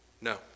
no